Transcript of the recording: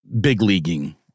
big-leaguing